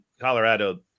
colorado